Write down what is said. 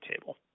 table